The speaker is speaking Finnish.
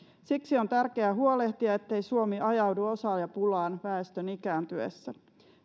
siksi on tärkeää huolehtia ettei suomi ajaudu osaajapulaan väestön ikääntyessä